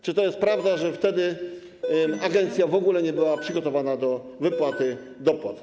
Czy to jest prawda, że wtedy Agencja w ogóle nie była przygotowana do wypłaty dopłat?